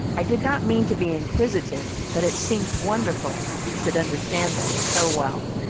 i did not mean to be inquisitive, but it seems wonderful that you should understand them so well.